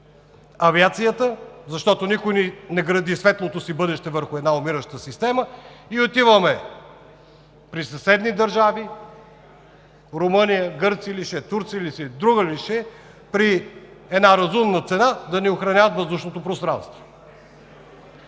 авиацията, защото никой не гради светлото си бъдеще върху една умираща система, и отиваме при съседни държави – Румъния, Гърция ли ще е, Турция ли ще е, друга ли ще е да ни охраняват въздушното пространство